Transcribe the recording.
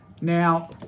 Now